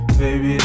baby